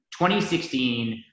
2016